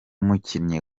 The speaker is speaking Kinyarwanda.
mukinyi